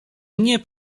nie